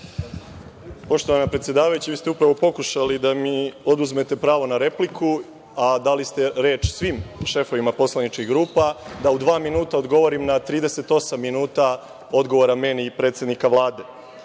Poštovana predsedavajuća, vi ste upravo pokušali da mi oduzmete pravo na repliku, a dali ste reč svim šefovima poslaničkih grupa, da u dva minuta odgovorim na 38 minuta odgovara meni predsednika